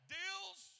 deals